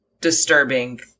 disturbing